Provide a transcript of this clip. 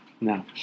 no